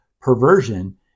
perversion